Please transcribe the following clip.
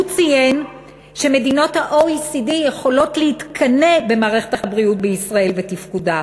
הוא ציין שמדינות ה-OECD יכולות להתקנא במערכת הבריאות בישראל ובתפקודה.